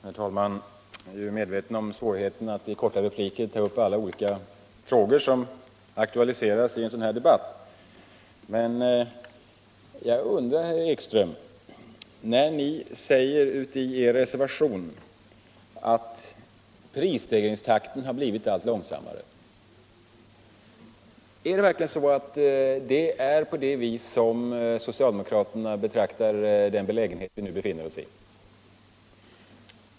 Herr talman! Vi är alla medvetna om svårigheterna att i korta repliker ta upp alla frågor som aktualiseras i en sådan här debatt. Men när ni socialdemokrater i er reservation säger att prisstegringstakten har blivit allt långsammare undrar jag, herr Ekström: Är det verkligen på det sättet som socialdemokraterna betraktar den situation som vi nu befinner oss i?